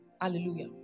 Hallelujah